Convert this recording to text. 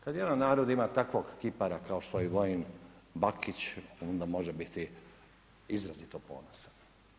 Kad jedan narod ima takvog kipara kao što je Vojin Bakić onda može biti izrazito ponosan.